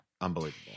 Unbelievable